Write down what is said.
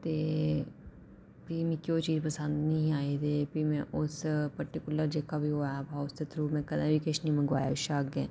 ते भी मिकी ओह् चीज पसंद निं ही आई ते भी में उस पर्टीकुलर जेह्का बी ओह् ऐप हा उसदे थ्रू में कदें बी किश निं मंगोआया एह्दे शा अग्गें